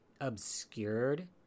obscured